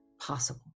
possible